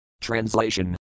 Translation